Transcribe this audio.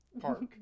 park